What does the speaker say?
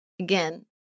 Again